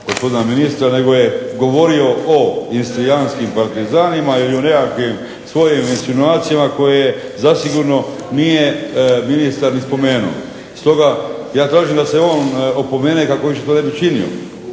gospodina ministra nego je govorio o istrijanskim partizanima i o nekakvim svojim insinuacijama koje zasigurno nije ministar ni spomenuo. Stoga ja tražim da se on opomene kako više to ne bi činio.